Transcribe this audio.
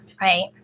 right